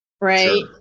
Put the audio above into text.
right